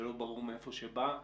שלא ברור מאין יבוא,